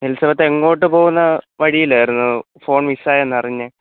Elizabeth എങ്ങോട്ട് പോവുന്ന വഴിയിലായിരുന്നു ഫോൺ മിസ്സ് ആയി എന്ന് അറിഞ്ഞത്